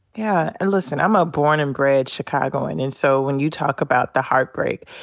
yeah. and listen, i'm a born and bred chicagoan. and so when you talk about the heartbreak,